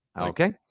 Okay